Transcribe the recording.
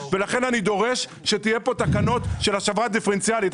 ולכן דורש שיהיו פה תקנות של השבה דיפרנציאלית.